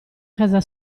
casa